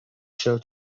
show